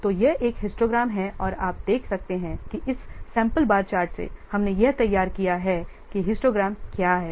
तो यह एक हिस्टोग्राम है और आप देख सकते हैं कि इस सैंपल बार चार्ट से हमने यह तैयार किया है कि हिस्टोग्राम क्या है